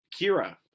Kira